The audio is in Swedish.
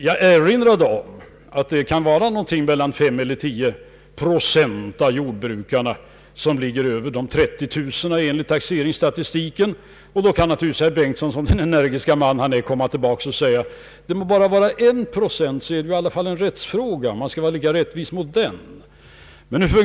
Jag erinrade om att det enligt taxeringsstatistiken kan vara mellan 5 och 10 procent av jordbrukarna som ligger över 30 000 kronor. Då kan naturligtvis herr Bengtson, som den energiske man han är, säga att det må vara bara 1 procent, det är i alla fall en rättsfråga, och man skall vara rättvis även mot denna lilla procent.